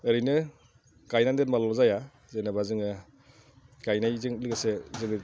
ओरैनो गायनानै दोनब्लाल' जाया जेनोबा जोङो गायनायजों लोगोसे जोङो